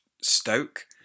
Stoke